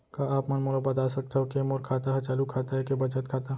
का आप मन मोला बता सकथव के मोर खाता ह चालू खाता ये के बचत खाता?